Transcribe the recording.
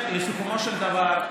בסיכומו של דבר,